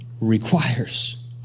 requires